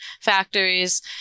factories